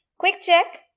quick check,